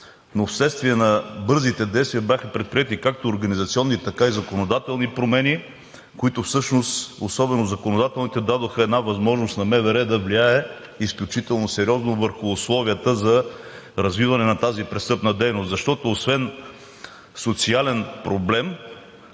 но вследствие на бързите действия бяха предприети както организационни, така и законодателни промени, които всъщност, особено законодателните, дадоха една възможност на Министерството на вътрешните работи да влияе изключително сериозно върху условията за развиване на тази престъпна дейност, защото, освен че е социален,